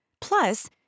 Plus